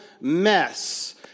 Mess